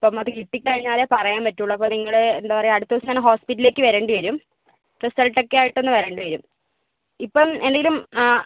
അപ്പം അത് കിട്ടി കഴിഞ്ഞാലെ പറയാൻ പറ്റുകയുള്ളു അപ്പം നിങ്ങള് എന്താ പറയുക അടുത്ത ദിവസം തന്നെ ഹോസ്പിറ്റലിലേക്ക് വരേണ്ടി വരും റിസൾട്ട് ഒക്കെ ആയിട്ട് ഒന്ന് വരേണ്ടി വരും ഇപ്പം എന്തെങ്കിലും ആ